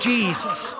Jesus